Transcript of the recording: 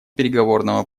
переговорного